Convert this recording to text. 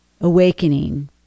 awakening